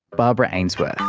barbara ainsworth.